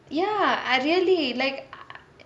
ya I really like